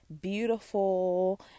beautiful